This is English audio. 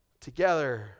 together